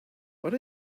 but